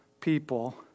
people